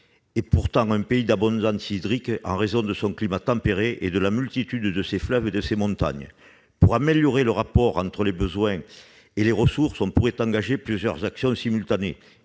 est pourtant un pays d'abondance hydrique, grâce à son climat tempéré et à la multitude de ses fleuves et de ses montagnes. Pour améliorer le rapport entre les besoins et les ressources, on pourrait engager plusieurs actions simultanées